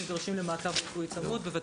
הפגים נדרשים למעקב רפואי צמוד בבית